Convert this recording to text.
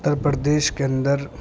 اتر پردیش کے اندر